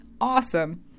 awesome